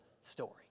story